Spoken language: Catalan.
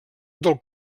del